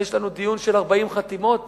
יש לנו דיון של 40 חתימות